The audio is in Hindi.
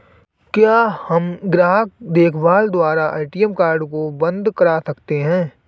क्या हम ग्राहक देखभाल द्वारा ए.टी.एम कार्ड को बंद करा सकते हैं?